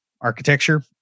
architecture